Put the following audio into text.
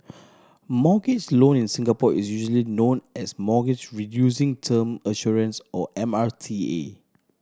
mortgage loan in Singapore is usually known as Mortgage Reducing Term Assurance or M R T A